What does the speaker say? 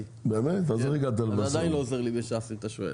הגליל והחוסן הלאומי יצחק שמעון וסרלאוף: